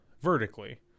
vertically